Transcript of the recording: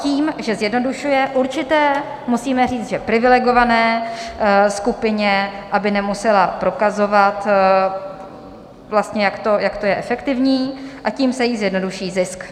Tím, že zjednodušuje určité, musíme říct, že privilegované skupině, aby nemusela prokazovat, jak to je efektivní, a tím se jí zjednoduší zisk.